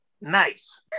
nice